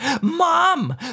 Mom